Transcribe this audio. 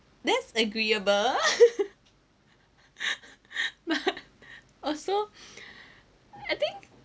that's agreeable also I think